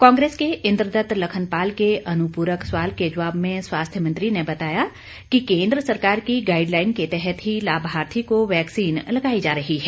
कांग्रेस के इंद्रदत्त लखनपाल के अनुपूरक सवाल के जवाब में स्वास्थ्य मंत्री ने बताया कि केंद्र सरकार की गाइडलाइन के तहत ही लाभार्थी को वैक्सीन लगाई जा रही है